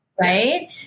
Right